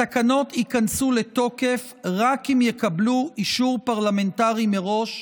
התקנות ייכנסו לתוקף רק אם יקבלו אישור פרלמנטרי מראש,